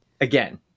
again